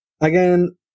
again